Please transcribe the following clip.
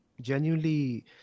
genuinely